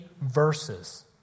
verses